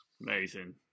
amazing